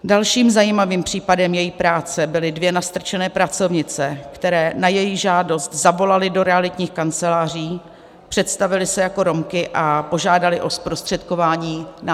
Dalším zajímavým případem její práce byly dvě nastrčené pracovnice, které na její žádost zavolaly do realitních kanceláří, představily se jako Romky a požádaly o zprostředkování nájemního bytu.